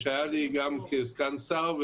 שהייתי גם כסגן שר,